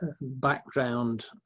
background